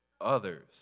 others